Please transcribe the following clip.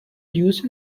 use